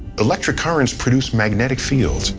electric currents produce magnetic fields,